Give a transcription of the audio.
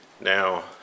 Now